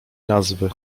nazwy